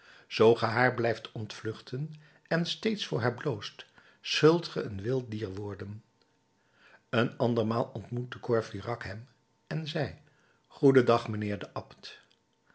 ge haar blijft ontvluchten en steeds voor haar bloost zult ge een wild dier worden een andermaal ontmoette courfeyrac hem en zeide goeden dag mijnheer de abt